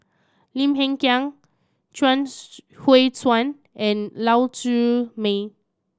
Lim Hng Kiang Chuang Hui Tsuan and Lau Siew Mei